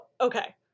Okay